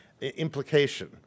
implication